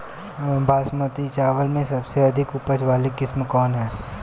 बासमती चावल में सबसे अधिक उपज वाली किस्म कौन है?